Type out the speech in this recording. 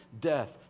death